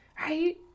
right